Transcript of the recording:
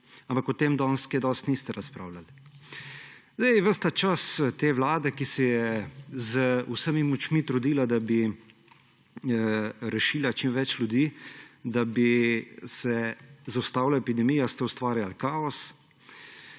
Ampak o tem danes kaj dosti niste razpravljali. Ves ta čas te vlade, ki se je z vsemi močmi trudila, da bi rešila čim več ljudi, da bi se zaustavila epidemija, ste ustvarjali kaos,